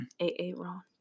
A-A-Ron